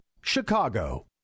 CHICAGO